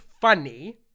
funny